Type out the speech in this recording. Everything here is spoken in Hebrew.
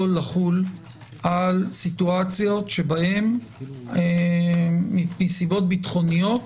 לחול על מצבים שבהם מסיבות ביטחוניות,